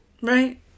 right